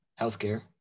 Healthcare